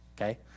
okay